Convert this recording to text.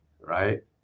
right